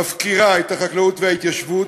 מפקירה את החקלאות וההתיישבות,